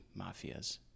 mafias